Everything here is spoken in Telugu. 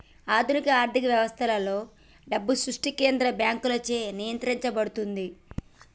ఆధునిక ఆర్థిక వ్యవస్థలలో, డబ్బు సృష్టి కేంద్ర బ్యాంకులచే నియంత్రించబడుతుంది